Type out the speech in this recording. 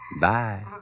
Bye